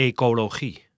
Ecologie